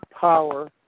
power